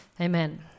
Amen